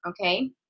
okay